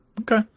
Okay